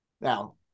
Now